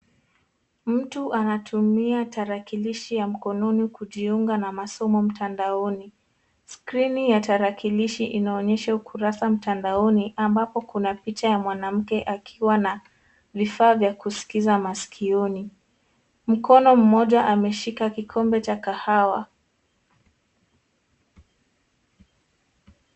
Mtu anatumia tarakilishi ya mkononi kujiunga na masomo mtandaoni. Skrini ya tarakilishi inaonyesha ukurasa mtandaoni ambapo kuna picha ya mwanamke akiwa na vifaa vya kuskiza masikioni. Mkono mmoja ameshika kikombe cha kahawa.